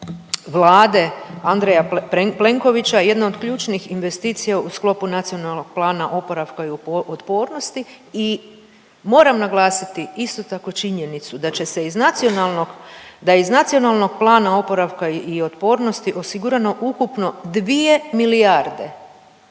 Vlade Andreja Plenkovića, jedna od ključnih investicija u sklopu NPOO-a i moram naglasiti isto tako činjenicu da će se iz nacionalnog, da je iz NPOO-a osigurano ukupno 2 milijarde